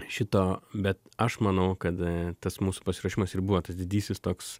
šito bet aš manau kad tas mūsų pasiruošimas ir buvo tas didysis toks